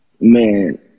Man